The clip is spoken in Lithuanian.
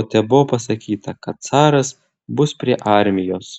o tebuvo pasakyta kad caras bus prie armijos